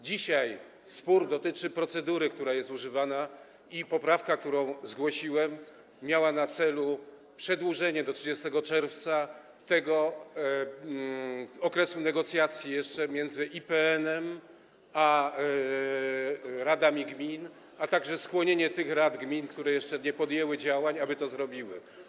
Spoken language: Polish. Dzisiaj spór dotyczy procedury, która jest używana, i poprawka, którą zgłosiłem, miała na celu przedłużenie do 30 czerwca tego okresu negocjacji między IPN-em a radami gmin, a także skłonienie tych rad gmin, które jeszcze nie podjęły działań, aby to zrobiły.